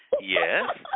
yes